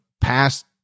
past